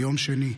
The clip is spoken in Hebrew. ביום שני,